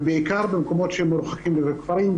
ובעיקר במקומות מרוחקים ובכפרים,